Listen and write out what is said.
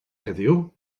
heddiw